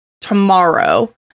tomorrow